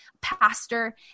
pastor